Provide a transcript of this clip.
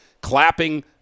clapping